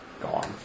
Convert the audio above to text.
gone